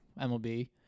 MLB